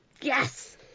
Yes